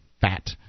fat